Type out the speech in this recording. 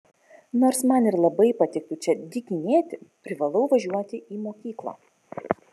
nors man ir labai patiktų čia dykinėti privalau važiuoti į mokyklą